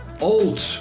old